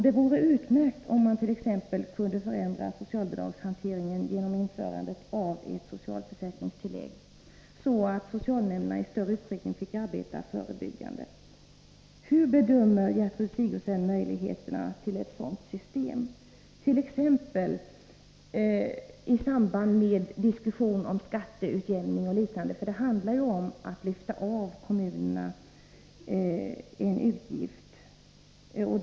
Det vore utmärkt om man t.ex. kunde förändra socialbidragshanteringen genom att införa ett socialförsäkringstillägg så att socialnämnderna i större utsträckning fick arbeta förebyggande. Hur bedömer Gertrud Sigurdsen möjligheterna till ett sådant system, t.ex. i samband med diskussioner om skatteutjämning och liknande? Det handlar nämligen om att lyfta bort en utgift från kommunerna.